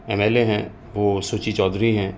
M L A ہیں وہ سوچی چودھری ہیں